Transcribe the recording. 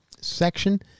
section